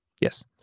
Yes